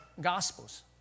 Gospels